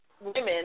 women